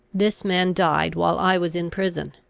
this man died while i was in prison.